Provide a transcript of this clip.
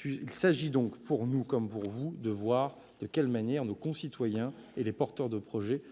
Il s'agit donc pour nous comme pour vous de voir de quelle manière nos concitoyens et les porteurs de projets